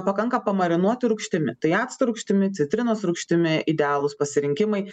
pakanka pamarinuoti rūgštimi tai acto rūgštimi citrinos rūgštimi idealūs pasirinkimai